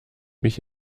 mich